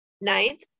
Ninth